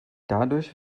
dadurch